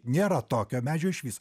nėra tokio medžio išvis